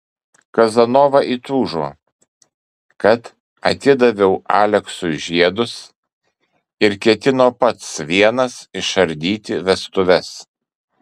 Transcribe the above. kazanova įtūžo kad atidaviau aleksui žiedus ir ketino pats vienas išardyti vestuves